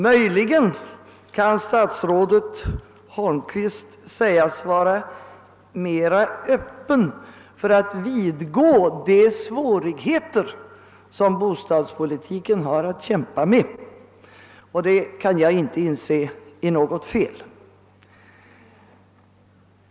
Möjligen kan statsrådet Holmqvist sägas vara mer öppen för att vidgå de svårigheter som bostadspolitiken har att kämpa med, och det kan jag inte inse är något fel.